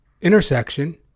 intersection